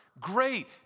great